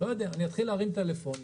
אני אתחיל להרים טלפונים